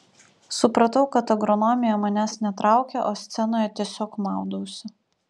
supratau kad agronomija manęs netraukia o scenoje tiesiog maudausi